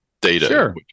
data